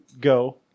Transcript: go